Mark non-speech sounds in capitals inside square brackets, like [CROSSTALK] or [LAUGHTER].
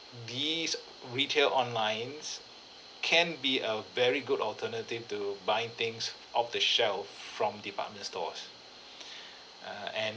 these retail onlines can be a very good alternative to buying things off the shelf from department stores [BREATH] err and